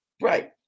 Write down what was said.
right